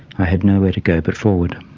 i had nowhere to go but forward.